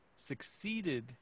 succeeded